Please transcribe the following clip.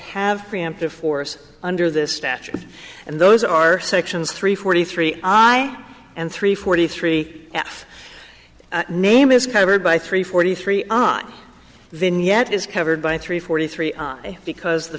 have preemptive force under this statute and those are sections three forty three i and three forty three f name is covered by three forty three ah vignette is covered by three forty three because the